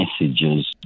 messages